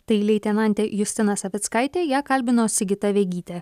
tai leitinantė justinas savickaitė ją kalbino sigita vegytė